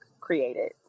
created